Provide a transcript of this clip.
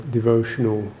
devotional